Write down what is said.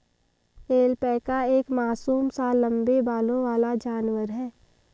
alpaca एक मासूम सा लम्बे बालों वाला जानवर है